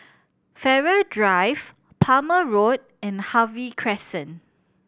Farrer Drive Palmer Road and Harvey Crescent